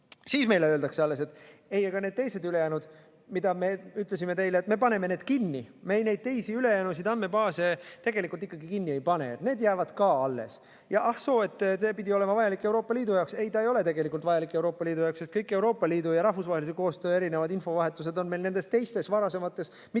Siis meile öeldakse: "Ei, need teised, ülejäänud, mille kohta me ütlesime teile, et me paneme need kinni, me neid teisi, ülejäänud andmebaase tegelikult ikkagi kinni ei pane, need jäävad ka alles." Ja ah soo, see pidi olema vajalik Euroopa Liidu jaoks. Aga ei, see ei ole tegelikult vajalik Euroopa Liidu jaoks. Kõik Euroopa Liidu ja rahvusvahelise koostöö erinevad infovahetused on meil nendes teistes, varasemates,